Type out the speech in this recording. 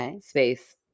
space